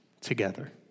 together